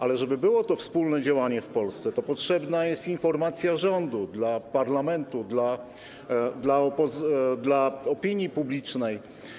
Ale żeby było to wspólne działanie w Polsce, potrzebna jest informacja rządu dla parlamentu, dla opinii publicznej.